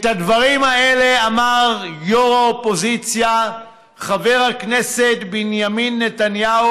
את הדברים האלה אמר יו"ר האופוזיציה חבר הכנסת בנימין נתניהו